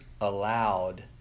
allowed